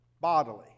bodily